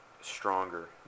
stronger